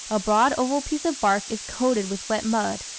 a broad oval piece of bark is coated with wet mud,